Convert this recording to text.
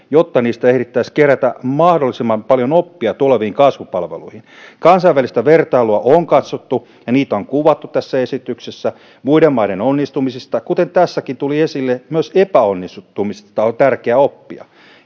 jotta niistä ehdittäisiin kerätä mahdollisimman paljon oppia tuleviin kasvupalveluihin kansainvälistä vertailua on katsottu ja niitä on kuvattu tässä esityksessä muiden maiden onnistumisista kuten tässäkin tuli esille myös epäonnistumisista on tärkeä oppia